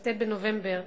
כ"ט בנובמבר,